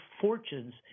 fortunes